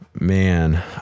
man